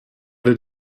did